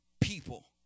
people